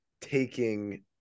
taking –